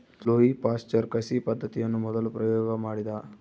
Louis Pasteur ಕಸಿ ಪದ್ದತಿಯನ್ನು ಮೊದಲು ಪ್ರಯೋಗ ಮಾಡಿದ